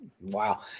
Wow